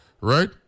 right